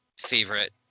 favorite